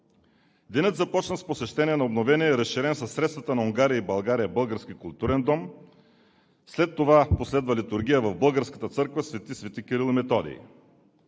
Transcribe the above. Денят започна с посещение на обновения и разширен със средствата на Унгария и България български културен дом, след това последва литургия в българската църква „Св. св. Кирил и Методий“.